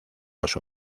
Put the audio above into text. los